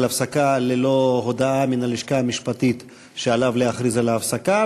הפסקה ללא הודעה מן הלשכה המשפטית שעליו להכריז על ההפסקה,